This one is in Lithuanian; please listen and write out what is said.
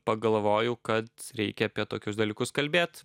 pagalvojau kad reikia apie tokius dalykus kalbėt